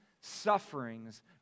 sufferings